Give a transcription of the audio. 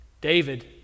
David